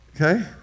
okay